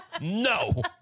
No